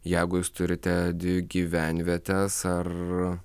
jeigu jūs turite dvi gyvenvietes ar